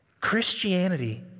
Christianity